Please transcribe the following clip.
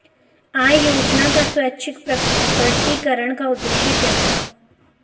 आय योजना का स्वैच्छिक प्रकटीकरण का उद्देश्य क्या था?